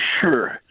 sure